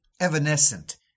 evanescent